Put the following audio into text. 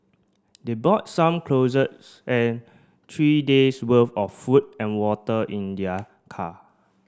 they brought some clothes and three days' worth of food and water in their car